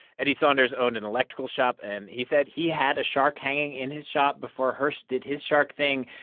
eddie saunders owned an electrical shop, and he said he had a shark hanging in his shop before hirst did his shark thing.